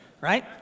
right